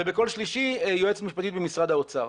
ובקול שלישי יועצת משפטית במשרד האוצר.